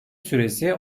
süresi